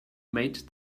made